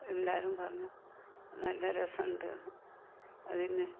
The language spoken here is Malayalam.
എല്ലാവരും പറഞ്ഞു നല്ല രസമുണ്ട് അതിന്